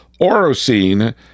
Orosine